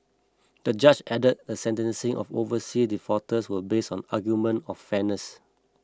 the judge added the sentencing of overseas defaulters was based on argument of fairness